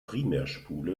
primärspule